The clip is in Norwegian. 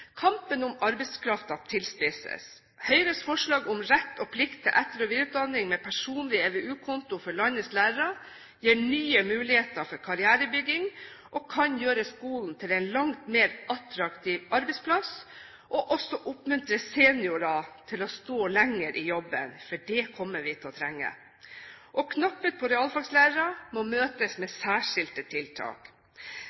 Kampen om arbeidskraften tilspisses. Høyres forslag om rett og plikt til etter- og videreutdanning med personlig EVU-konto for landets lærere gir nye muligheter for karrierebygging og kan gjøre skolen til en langt mer attraktiv arbeidsplass og også oppmuntre seniorer til å stå lenger i jobben, for det kommer vi til å trenge. Knapphet på realfaglærere må møtes med